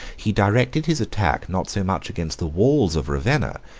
he directed his attack, not so much against the walls of ravenna,